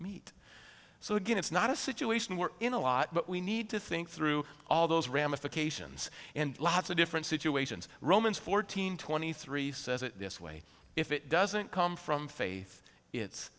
meat so again it's not a situation we're in a lot but we need to think through all those ramifications in lots of different situations romans fourteen twenty three says it this way if it doesn't come from faith it's